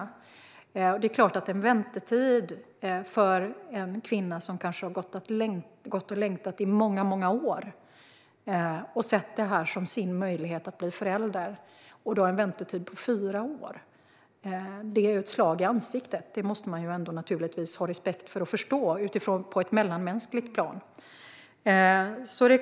Det är klart att en väntetid på fyra år är ett slag i ansiktet för en kvinna som kanske har gått och längtat i många år och sett det här som sin möjlighet att bli förälder. Det måste man naturligtvis ha respekt för och förstå på ett mellanmänskligt plan.